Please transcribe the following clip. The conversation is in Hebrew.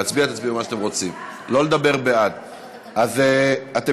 להצביע, תצביעו מה שאתם רוצים, לא לדבר בעד.